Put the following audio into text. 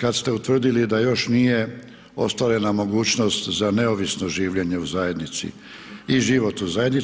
kad ste utvrdili da još nije ostvarena mogućnost za neovisno življenje u zajednici i život u zajednici.